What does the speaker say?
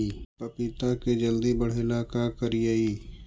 पपिता के जल्दी बढ़े ल का करिअई?